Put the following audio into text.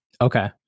Okay